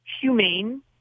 humane